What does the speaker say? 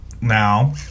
Now